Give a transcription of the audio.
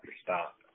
stop